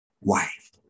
wife